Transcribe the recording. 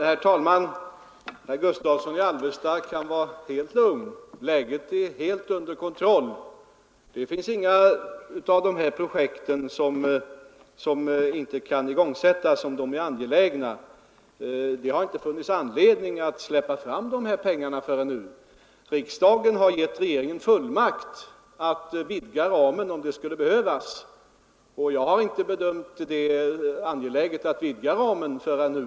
Herr talman! Herr Gustavsson i Alvesta kan vara alldeles lugn — läget är helt under kontroll. Det är inga av de här projekten som inte kan igångsättas, om de är angelägna. Det har inte funnits anledning att släppa fram pengarna förrän nu. Riksdagen har gett regeringen fullmakt att vidga ramen, om det skulle behövas, och jag har inte bedömt det som angeläget att vidga ramen förrän nu.